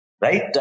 Right